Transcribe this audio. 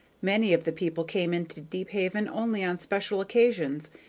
many of the people came into deephaven only on special occasions,